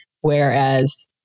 Whereas